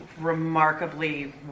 remarkably